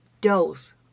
dose